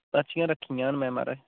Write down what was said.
पर्चियां रक्खियां न मैं महाराज